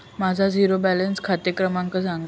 माझा zero balance खाते क्रमांक सांगा